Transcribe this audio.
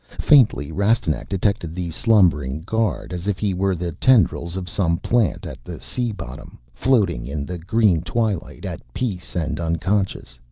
faintly, rastignac detected the slumbering guard as if he were the tendrils of some plant at the sea-bottom, floating in the green twilight, at peace and unconscious.